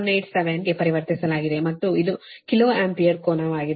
2187 ಗೆ ಪರಿವರ್ತಿಸಲಾಗಿದೆ ಮತ್ತು ಇದು ಕಿಲೋ ಆಂಪಿಯರ್ ಕೋನವಾಗಿದೆ